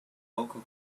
local